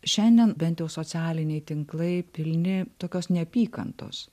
šiandien bent jau socialiniai tinklai pilni tokios neapykantos